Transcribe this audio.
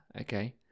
okay